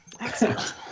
Excellent